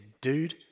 dude